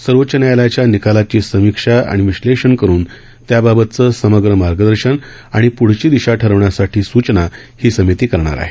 सर्वोच्च न्यायालयाच्या निकालाची समीक्षा आणि विश्लेषण करून त्याबाबतचं समग्र मार्गदर्शन आणि प्ढील दिशा रवण्यासापी सूचना ही समिती करणार आहे